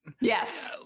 Yes